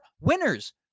winners